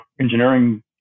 engineering